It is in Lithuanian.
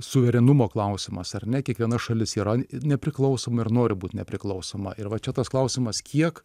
suverenumo klausimas ar ne kiekviena šalis yra nepriklausoma ir nori būt nepriklausoma ir va čia tas klausimas kiek